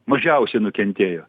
mažiausiai nukentėjo